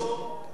לתמוך,